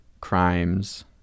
crimes